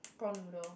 prawn noodle